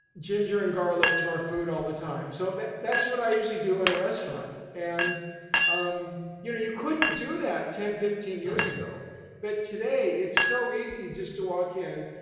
ginger and garlic to our food all the time so that's what i usually do in a restaurant. and um you know you couldn't do that ten, fifteen years ago but today it's so easy just to walk in,